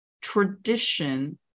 tradition